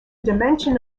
dimension